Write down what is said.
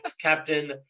Captain